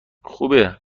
خوبه